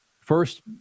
First